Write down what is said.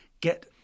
get